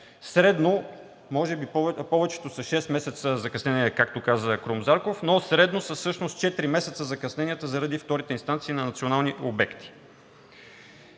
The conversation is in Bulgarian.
средно може би повечето са с 6 месеца закъснение, както каза Крум Зарков, но средно са всъщност четири месеца закъсненията заради вторите инстанции на национални обекти.